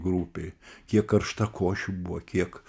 grupėj kiek karštakošių buvo kiek